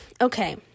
okay